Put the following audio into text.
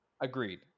agreed